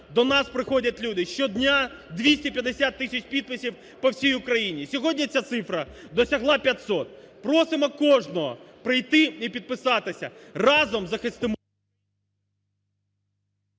до нас приходять люди, щодня 250 тисяч підписів по всій Україні. Сьогодні ця цифра досягла 500. Просимо кожного прийти і підписатися, разом захистимо…